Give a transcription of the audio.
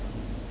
I don't